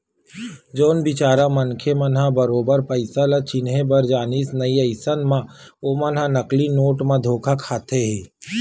जउन बिचारा मनखे मन ह बरोबर पइसा ल चिनहे बर जानय नइ अइसन म ओमन ह नकली नोट म धोखा खाथे ही